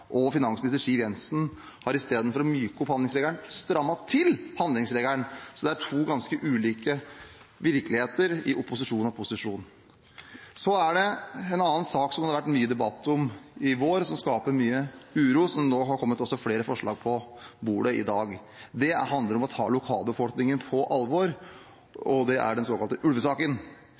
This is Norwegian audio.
og finansminister Siv Jensen har istedenfor å myke opp handlingsregelen strammet den inn. Så det er to ganske ulike virkeligheter i opposisjon og posisjon. Så er det en annen sak som det har vært mye debatt om i vår som skaper mye uro, som det nå også har kommet flere forslag til på bordet i dag. Det handler om å ta lokalbefolkningen på alvor, og det er den såkalte ulvesaken.